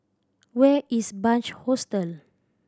where is Bunc Hostel